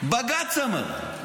בג"ץ אמר.